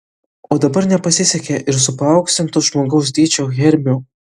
o dabar nepasisekė ir su paauksintu žmogaus dydžio hermiu